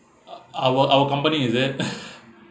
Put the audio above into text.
o~ our our company is it